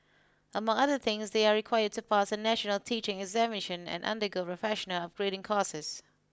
among other things they are required to pass a national teaching examination and undergo professional upgrading courses